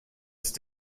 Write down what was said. ist